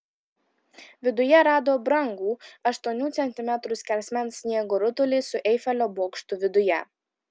viduje rado brangų aštuonių centimetrų skersmens sniego rutulį su eifelio bokštu viduje